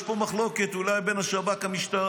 יש פה מחלוקת, אולי בין השב"כ לצה"ל,